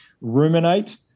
ruminate